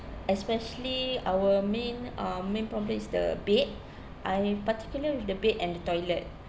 especially our main um main probably is the bed I am particular with the bed and the toilet